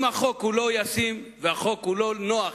אם החוק לא ישים ולא נוח,